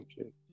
okay